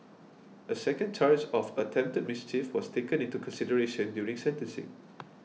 a second charge of attempted mischief was taken into consideration during sentencing